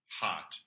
hot